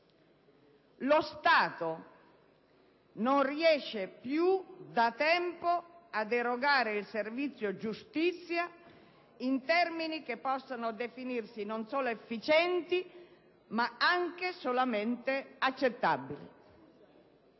Lo Stato non riesce più da tempo ad erogare il servizio giustizia in termini che possano definirsi non solo efficienti ma anche solamente accettabili.